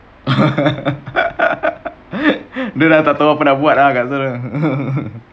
dia dah tak tahu apa nak buat ah kat sana